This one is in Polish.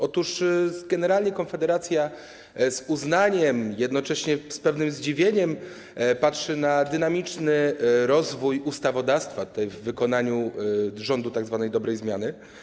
Otóż generalnie Konfederacja z uznaniem, a jednocześnie z pewnym zdziwieniem patrzy na dynamiczny rozwój ustawodawstwa w wykonaniu rządu tzw. dobrej zmiany.